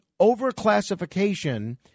Overclassification